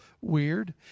weird